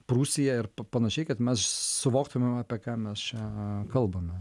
prūsija ir panašiai kad mes suvoktumėm apie ką mes čia kalbame